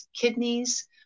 kidneys